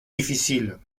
difficile